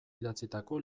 idatzitako